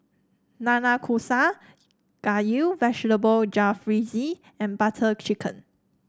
Nanakusa Gayu Vegetable Jalfrezi and Butter Chicken